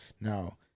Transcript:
now